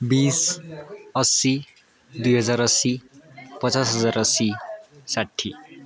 बिस अस्सी दुई हजार अस्सी पचास हजार अस्सी साठी